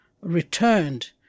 returned